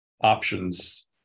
options